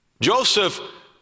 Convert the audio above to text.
Joseph